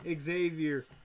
Xavier